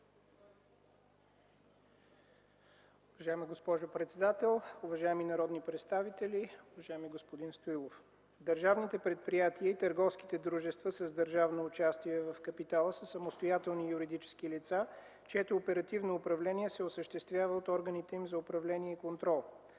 Уважаема госпожо председател, уважаеми народни представители! Уважаеми господин Стоилов, държавните предприятия и търговските дружества с държавно участие в капитала са самостоятелни юридически лица, чието оперативно управление се осъществява от органите им за управление и контрол.